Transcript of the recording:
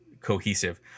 cohesive